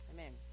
Amen